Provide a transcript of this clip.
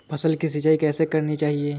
फसल की सिंचाई कैसे करनी चाहिए?